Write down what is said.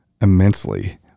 immensely